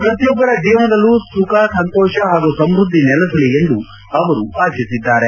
ಪ್ರತಿಯೊಬ್ಬರ ಜೀವನದಲ್ಲೂ ಸುಖ ಸಂತೋಷ ಹಾಗೂ ಸಂವೃದ್ಧಿ ನೆಲೆಸಲಿ ಎಂದು ಅವರು ಆಶಿಸಿದ್ದಾರೆ